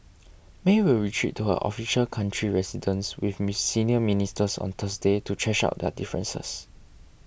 May will retreat to her official country residence with miss senior ministers on Thursday to thrash out their differences